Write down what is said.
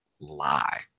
lie